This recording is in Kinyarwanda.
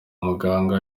muganga